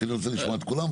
כי אני רוצה לשמוע את כולם.